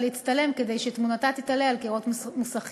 להצטלם כדי שתמונתה תיתלה על קירות מוסכים.